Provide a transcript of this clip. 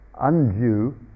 undue